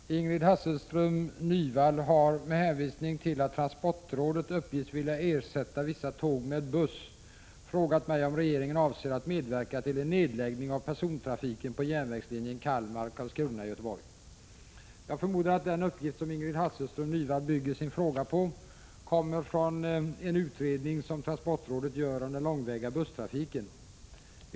Herr talman! Ingrid Hasselström Nyvall har med hänvisning till att transportrådet uppges vilja ersätta vissa tåg med buss frågat mig om regeringen avser att medverka till en nedläggning av persontrafiken på järnvägslinjen Kalmar/Karlskrona-Göteborg. Jag förmodar att den uppgift som Ingrid Hasselström Nyvall bygger sin fråga på kommer från en utredning som transportrådet gör om den långväga busstrafiken.